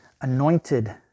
anointed